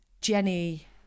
jenny